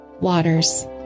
waters